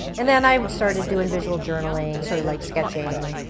and then i started doing visual journaling, sort of like sketching,